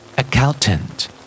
Accountant